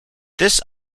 this